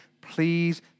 please